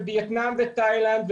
בווייטנאם ותאילנד,